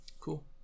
Cool